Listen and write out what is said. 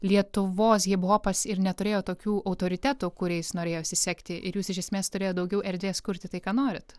lietuvos hiphopas ir neturėjo tokių autoritetų kuriais norėjosi sekti ir jūs iš esmės turėjot daugiau erdvės kurti tai ką norit